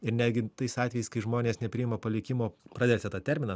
ir netgi tais atvejais kai žmonės nepriima palikimo pratęsia tą terminą